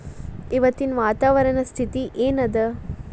ಇವತ್ತಿನ ವಾತಾವರಣ ಸ್ಥಿತಿ ಏನ್ ಅದ?